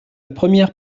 première